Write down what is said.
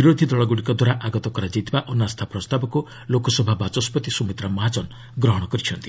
ବିରୋଧି ଦଳଗୁଡ଼ିକ ଦ୍ୱାରା ଆଗତ କରାଯାଇଥିବା ଅନାସ୍ଥା ପ୍ରସ୍ତାବକୁ ଲୋକସଭା ବାଚସ୍କତି ସୁମିତ୍ରା ମହାଜନ ଗ୍ରହଣ କରିଛନ୍ତି